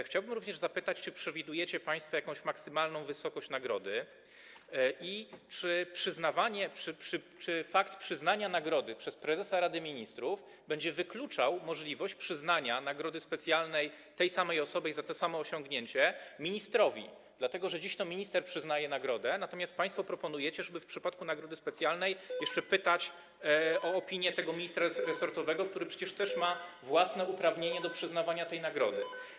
Chciałbym również zapytać, czy przewidujecie państwo jakąś maksymalną wysokość nagrody i czy fakt przyznania nagrody przez prezesa Rady Ministrów będzie wykluczał możliwość przyznania nagrody specjalnej tej samej osobie za to samo osiągnięcie przez ministra, dlatego że dziś to minister przyznaje nagrodę, natomiast państwo proponujecie, żeby w przypadku nagrody specjalnej jeszcze pytać o opinię tego ministra resortowego, który przecież też ma własne uprawnienie do przyznawania tej nagrody.